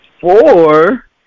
four